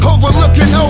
Overlooking